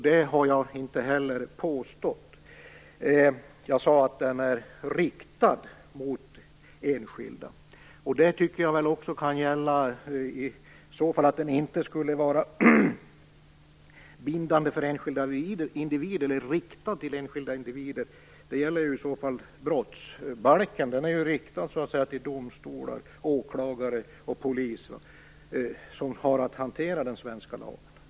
Det har jag inte heller påstått. Jag sade att den är riktad mot enskilda. Att den är riktad till enskilda individer tycker jag också gäller brottsbalken. Den är riktad till domstolar, åklagare och polis, som har att hantera den svenska lagen.